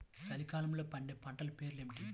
చలికాలంలో పండే పంటల పేర్లు ఏమిటీ?